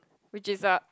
which is a